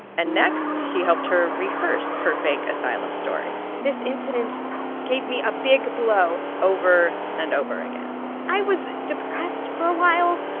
and next, he helped her rehearse her fake asylum story. this incident gave me a big blow. over and over again i was depressed for a while.